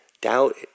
Doubt